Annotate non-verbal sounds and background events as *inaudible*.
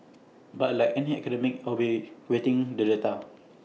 but like any academic I will be *noise* awaiting the data